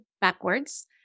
backwards